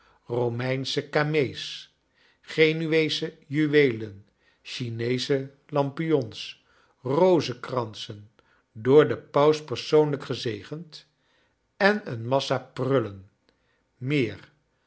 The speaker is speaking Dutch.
bomeinsche camee's genueesche juweelen chineesche lampions rozekransen door den paus persoonlijk gezegend en een mass a jrullen rneer